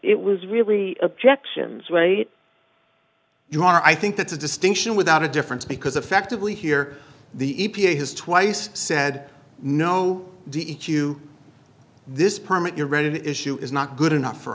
it was really objections wait you are i think that's a distinction without a difference because effectively here the e p a has twice said no d e q this permit you're ready to issue is not good enough for